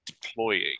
deploying